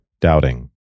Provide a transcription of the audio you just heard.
doubting